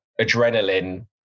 adrenaline